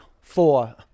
four